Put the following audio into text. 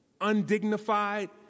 undignified